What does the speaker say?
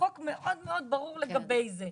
החוק מאוד מאוד ברור לגבי זה.